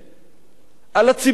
על הציבור הישראלי,